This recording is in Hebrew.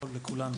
לנו מכל.